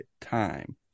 time